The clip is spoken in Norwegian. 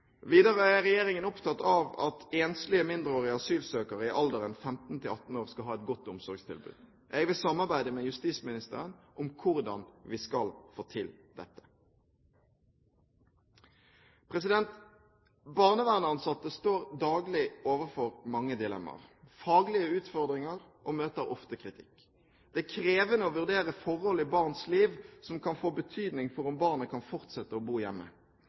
Videre er regjeringen opptatt av at enslige mindreårige asylsøkere i alderen 15–18 år skal ha et godt omsorgstilbud. Jeg vil samarbeide med justisministeren om hvordan vi skal få til dette. Barnevernsansatte står daglig overfor mange dilemmaer, faglige utfordringer og møter ofte kritikk. Det er krevende å vurdere forhold i barns liv som kan få betydning for om barnet kan fortsette å bo hjemme.